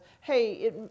hey